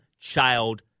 child